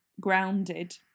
grounded